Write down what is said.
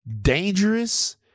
dangerous